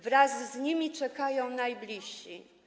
Wraz z nimi czekają ich najbliżsi.